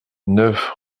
neuf